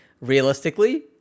realistically